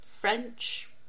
French